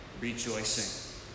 rejoicing